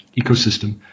ecosystem